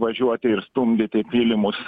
važiuoti ir stumdyti pylimus